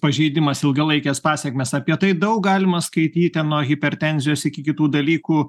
pažeidimas ilgalaikes pasekmes apie tai daug galima skaityti nuo hipertenzijos iki kitų dalykų